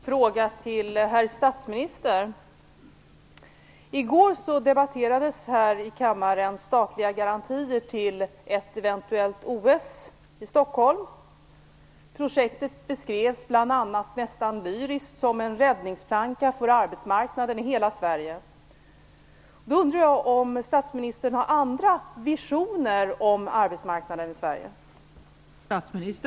Fru talman! Jag har en fråga till herr statsminister. I går debatterades här i kammaren statliga garantier till ett eventuellt OS i Stockholm. Projektet beskrevs bl.a. nästan lyriskt som en räddningsplanka för arbetsmarknaden i hela Sverige. Jag undrar om statsministern har andra visioner om arbetsmarknaden i Sverige?